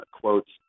quotes